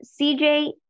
CJ